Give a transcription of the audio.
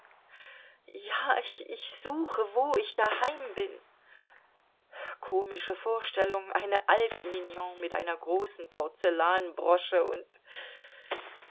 ja ich suche wo ich daheim bin komische vorstellung eine alte mignon mit einer großen porzellanbrosche und